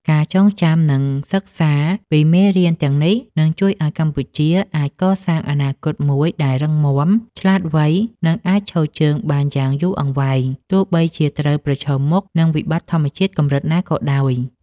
ការចងចាំ និងសិក្សាពីមេរៀនទាំងនេះ នឹងជួយឱ្យកម្ពុជាអាចកសាងអនាគតមួយដែលរឹងមាំ ឆ្លាតវៃ និងអាចឈរជើងបានយ៉ាងយូរអង្វែង ទោះបីជាត្រូវប្រឈមមុខនឹងវិបត្តិធម្មជាតិកម្រិតណាក៏ដោយ។